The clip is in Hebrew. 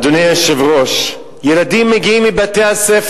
אדוני היושב-ראש, ילדים מגיעים מבתי-הספר,